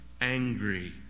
angry